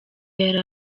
yari